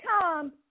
come